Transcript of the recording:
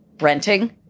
Renting